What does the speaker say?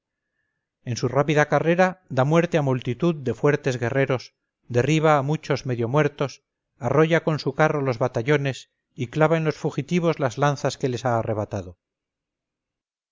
en su rápida carrera da muerte a multitud de fuertes guerreros derriba a muchos medio muertos arrolla con su carro los batallones y clava en los fugitivos las lanzas que les ha arrebatado